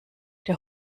der